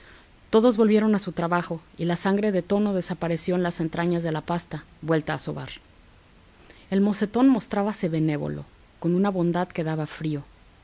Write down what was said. todos volvieron a su trabajo y la sangre de tono desapareció en las entrañas de la pasta vuelta a sobar el mocetón mostrábase benévolo con una bondad que daba frío